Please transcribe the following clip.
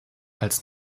als